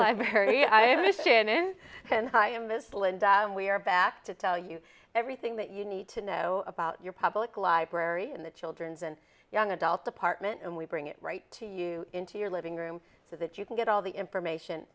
library i have to fit in and i am this linda and we are back to tell you everything that you need to know about your public library in the children's and young adult department and we bring it right to you into your living room so that you can get all the information